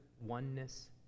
oneness